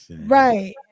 right